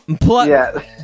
plus